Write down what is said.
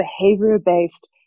behavior-based